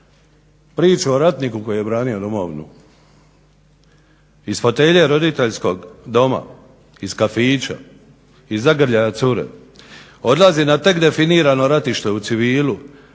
priču o ratniku koji je branio domovinu. Iz fotelje roditeljskog doma, iz kafića iz zagrljaja cure odlazi na tek definirano ratište u civilu